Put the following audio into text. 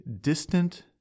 distant